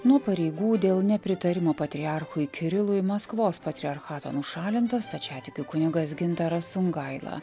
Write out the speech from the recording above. nuo pareigų dėl nepritarimo patriarchui kirilui maskvos patriarchato nušalintas stačiatikių kunigas gintaras songaila